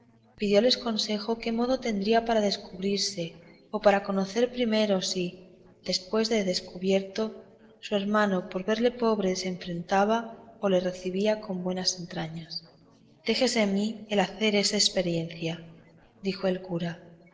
casa pidióles consejo qué modo tendría para descubrirse o para conocer primero si después de descubierto su hermano por verle pobre se afrentaba o le recebía con buenas entrañas déjeseme a mí el hacer esa experiencia dijo el cura